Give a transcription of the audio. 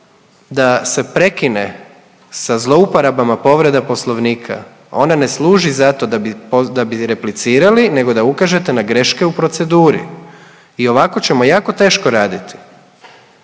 da se prekine sa zlouporabama povreda Poslovnika. Ona ne služi zato da bi replicirali nego da ukažete na greške u proceduri i ovako ćemo jako teško raditi.